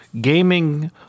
gaming